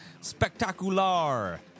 spectacular